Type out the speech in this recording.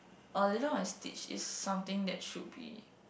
oh Lilo and Stitch is something that should be